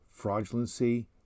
fraudulency